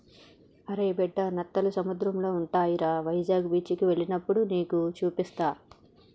అరే బిడ్డా నత్తలు సముద్రంలో ఉంటాయిరా వైజాగ్ బీచికి ఎల్లినప్పుడు నీకు సూపిస్తా